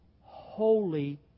holy